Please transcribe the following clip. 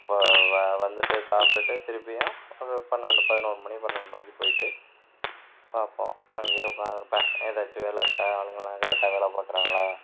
இப்போ வந்துட்டு சாப்பிட்டுட்டு திருப்பியும் ஒரு பன்னெண்டு பதினோரு மணி பன்னெண்டு மணிக்கு போயிட்டு பார்ப்போம் அங்கேயே உட்காந்திருப்பேன் எதாச்சும் வேலை இருக்கா ஆளுங்கெல்லாம் கரெக்டாக வேலை பார்க்குறாங்களா